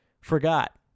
forgot